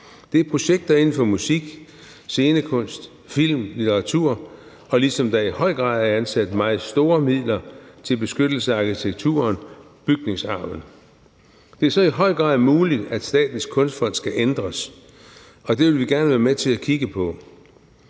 Det er projekter inden for musik, scenekunst, film og litteratur, ligesom der i høj grad er afsat meget store midler til beskyttelse af arkitekturen og bygningsarven. Det er så i høj grad muligt, at Statens Kunstfond skal ændres, og det vil vi gerne være med til at kigge på.